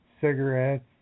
cigarettes